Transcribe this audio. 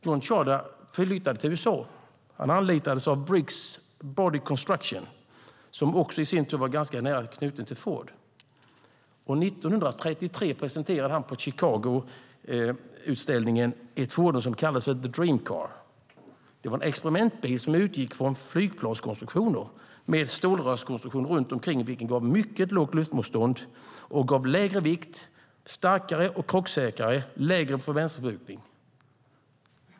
John Tjaarda flyttade till USA och anlitades av Briggs Body Company, som i sin tur var ganska nära knutet till Ford. År 1933 presenterade han på Chicagoutställningen ett fordon som kallades the dream car. Det var en experimentbil som utgick från flygplanskonstruktioner med en stålrörskonstruktion runt omkring, vilket gav mycket lågt luftmotstånd och lägre vikt. Den var starkare och krocksäkrare och hade lägre bränsleförbrukning.